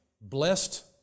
blessed